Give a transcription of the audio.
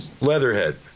leatherhead